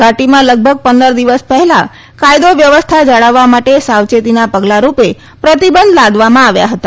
ઘાટીમાં લગભગ પંદર દિવસ પહેલાં કાયદો વ્યવસ્થા જાળવવા માટે સાવચેતીના પગલાં રૂપે પ્રતિબંધન લાદવામાં આવ્યા હતા